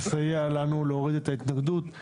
יסייע לנו להוריד את ההתנגדות.